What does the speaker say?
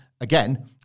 Again